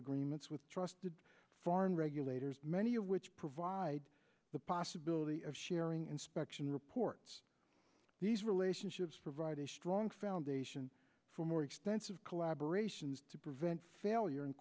agreements with trusted foreign regulators many of which provide the possibility of sharing inspection reports these relationships provide a strong foundation for more extensive collaboration is to prevent failure and